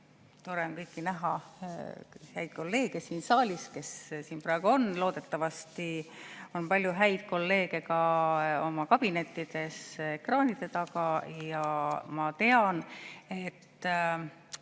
Tore on näha häid kolleege siin saalis, kes siin praegu on. Loodetavasti on palju häid kolleege ka oma kabinettides ekraanide taga ja ma tean, et